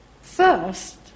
first